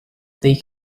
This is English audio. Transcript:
they